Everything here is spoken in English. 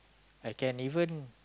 I can even